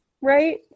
Right